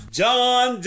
John